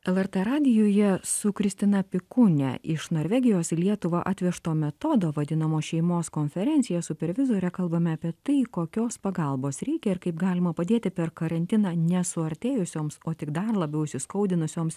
lrt radijuje su kristina pikūne iš norvegijos į lietuvą atvežto metodo vadinamo šeimos konferencija supervizore kalbame apie tai kokios pagalbos reikia ir kaip galima padėti per karantiną ne suartėjusioms o tik dar labiau įskaudinusioms